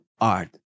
art